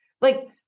Like-